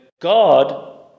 God